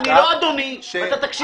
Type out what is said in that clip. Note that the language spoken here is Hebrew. אני לא אדוני ואתה תקשיב לי עכשיו.